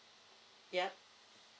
yeah